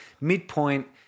Midpoint